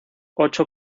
ocho